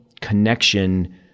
connection